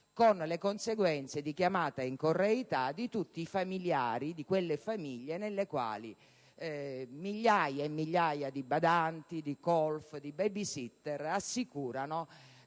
con la conseguenza di chiamata in correità di quelle famiglie nelle quali migliaia e migliaia di badanti, di colf, di *baby sitter* assicurano